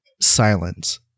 Silence